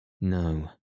No